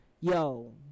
Yo